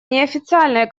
неофициальные